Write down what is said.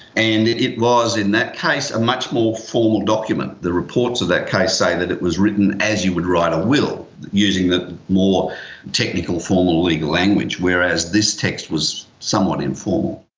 and it it was in that case a much more formal document. the reports of that case say that it was written as you would write a will, using the more technical formal legal language, whereas this text was somewhat informal.